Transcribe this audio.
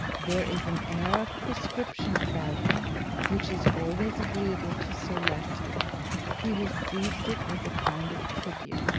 there is an air of prescription about him which is always agreeable to sir leicester he receives it as a kind of tribute.